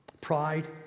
Pride